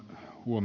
huom